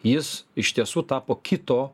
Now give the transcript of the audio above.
jis iš tiesų tapo kito